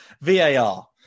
VAR